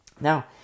Now